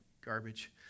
garbage